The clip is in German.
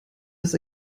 das